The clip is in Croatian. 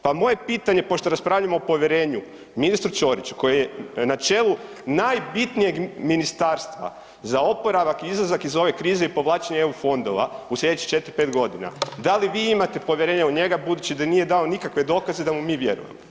Pa moje pitanje pošto raspravljamo o povjerenju ministru Ćoriću koji je na čelu najbitnijeg ministarstva za oporavak i izlazak iz ove krize i povlačenje EU fondova u slijedećih 4-5.g., da li vi imate povjerenje u njega budući da nije dao nikakve dokaze da mu mi vjerujemo?